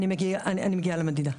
אני מגיעה למדידה.